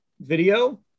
video